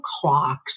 clocks